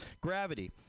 Gravity